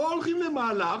כאן הולכים למהלך